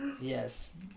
Yes